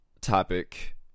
topic